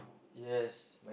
yes